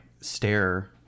stare